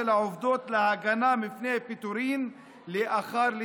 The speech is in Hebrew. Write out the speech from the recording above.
העובדות להגנה מפני פיטורים לאחר לידה.